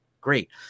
great